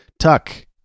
Tuck